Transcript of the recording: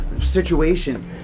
situation